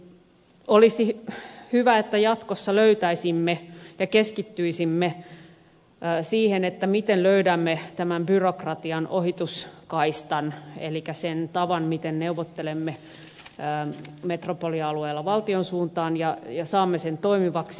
olisi hyvä että jatkossa keskittyisimme siihen miten löydämme tämän byrokratian ohituskaistan elikkä sen tavan miten neuvottelemme metropolialueella valtion suuntaan ja saamme sen toimivaksi